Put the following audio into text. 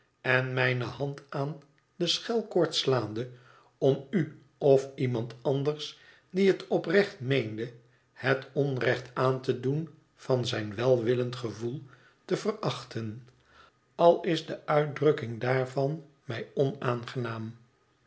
en mijne hand aan de schelkoord slaande om u of iemand anders die het oprecht meende het onrecht aan te doen van zijn welwillend gevoel te verachten al is de uitdrukking daarvan mij onaangenaam